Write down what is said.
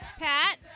Pat